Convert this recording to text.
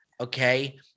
okay